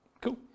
Cool